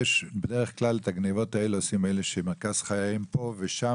יש בדרך כלל את הגניבות האלה עושים אלה שמרכז חייהם שם ופה,